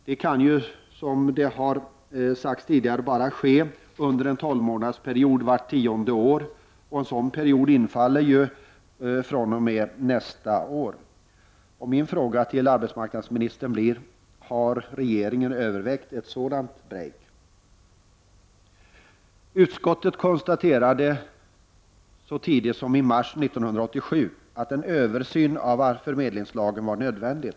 Detta kan, som tidigare har sagts, bara ske under en tolvmånadersperiod vart tionde år. Nästa period gäller fr.o.m. nästa år. Min fråga till statsrådet blir: Har regeringen övervägt en sådan uppsägning? Arbetsmarknadsutskottet konstaterade redan i mars 1987 att en översyn av förmedlingslagen var nödvändig.